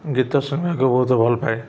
ଗୀତ ଶୁଣିବାକୁ ବହୁତ ଭଲ ପାଏ